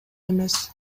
эмес